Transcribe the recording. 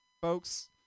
folks